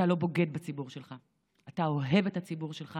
אתה לא בוגד בציבור שלך, אתה אוהב את הציבור שלך